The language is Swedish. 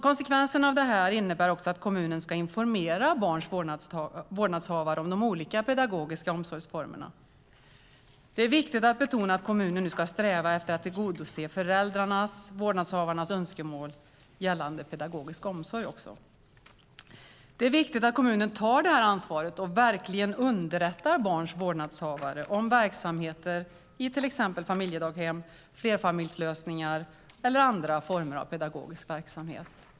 Konsekvensen av detta innebär också att kommunen ska informera barns vårdnadshavare om de olika pedagogiska omsorgsformerna. Det är viktigt att betona att kommunen nu ska sträva efter att tillgodose föräldrarnas och vårdnadshavarnas önskemål gällande pedagogisk omsorg. Det är viktigt att kommunen tar detta ansvar och verkligen underrättar barns vårdnadshavare om verksamheter som exempelvis familjedaghem, flerfamiljslösningar eller andra former av pedagogisk verksamhet.